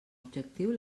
objectiu